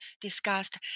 discussed